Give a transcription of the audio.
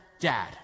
dad